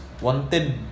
Wanted